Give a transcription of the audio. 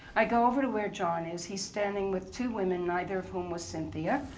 i go over to where john is. he's standing with two women, neither of whom was cynthia.